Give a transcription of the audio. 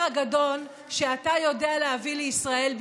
הגדול שאתה יודע להביא לישראל ביטחון.